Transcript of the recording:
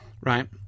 right